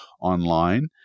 online